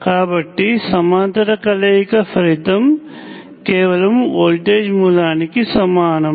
కాబట్టి సమాంతర కలయిక ఫలితము కేవలం వోల్టేజ్ మూలానికి సమానం